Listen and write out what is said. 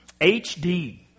HD